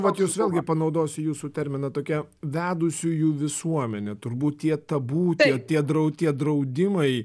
vat jūs vėlgi panaudosiu jūsų terminą tokia vedusiųjų visuomenė turbūt tie tabu tie tie drau tie draudimai